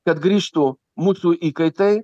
kad grįžtų mūsų įkaitai